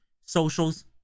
socials